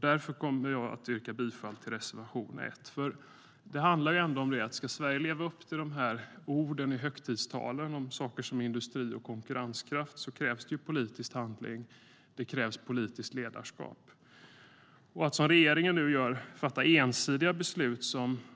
Därför kommer jag att yrka bifall till reservation 1. Ska Sverige leva upp till orden i högtidstalen om saker som industri och konkurrenskraft krävs det politisk handling och politiskt ledarskap. Att som regeringen nu gör fatta ensidiga beslut